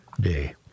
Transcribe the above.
day